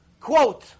quote